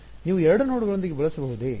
ನೀವು 2 ನೋಡ್ಗಳೊಂದಿಗೆ ಬಳಸಬಹುದೇ